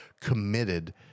committed